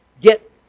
get